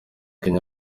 kenya